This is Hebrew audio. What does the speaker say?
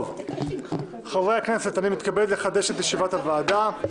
אני מתכבד לפתוח את ישיבת הוועדה.